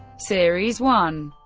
series one